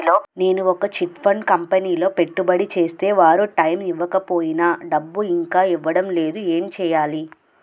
నేను ఒక chit fund కంపెనీలో పెట్టుబడి చేస్తే వారు టైమ్ ఇవ్వకపోయినా డబ్బు ఇంకా ఇవ్వడం లేదు ఏంటి చేయాలి?